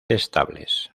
estables